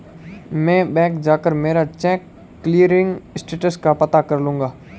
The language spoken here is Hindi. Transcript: मैं बैंक जाकर मेरा चेक क्लियरिंग स्टेटस का पता कर लूँगा